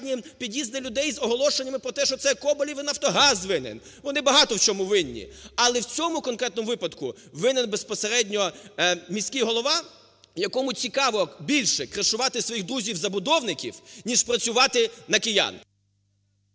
під'їзди людей з оголошеннями про те, що це Коболєв і "Нафтогаз" винен. Вони багато в чому винні, але в цьому конкретному випадку винен безпосередньо міський голова, якому цікаво більше "кришувати" своїх друзів-забудовників, ніж працювати на киян.